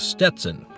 Stetson